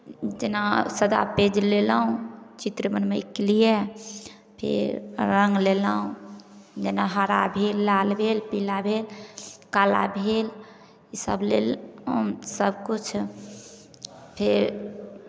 जेना सादा पेज लेलहुँ चित्र बनबयके लिए फेर रङ्ग लेलहुँ जेना हरा भेल लाल भेल पीला भेल काला भेल इसभ लेलहुँ सभकिछु फेर